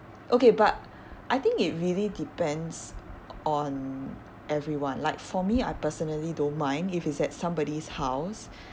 okay but I think it really depends on everyone like for me I personally don't mind if it's at somebody's house